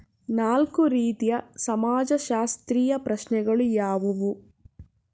ನಾಲ್ಕು ರೀತಿಯ ಸಮಾಜಶಾಸ್ತ್ರೀಯ ಪ್ರಶ್ನೆಗಳು ಯಾವುವು?